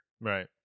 Right